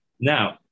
Now